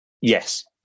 Yes